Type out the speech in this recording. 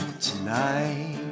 tonight